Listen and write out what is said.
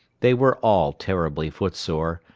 they were all terribly footsore.